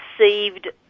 received